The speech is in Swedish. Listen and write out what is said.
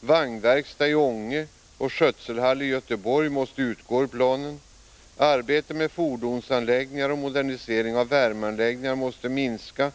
vagnverkstad i Ånge och skötselhall i Göteborg måste utgå ur planen. Arbetet med fordonsanläggningar och modernisering av värmeanläggningar måste minska.